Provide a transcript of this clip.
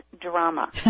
drama